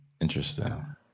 Interesting